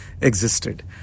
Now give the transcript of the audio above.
existed